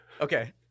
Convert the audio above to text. Okay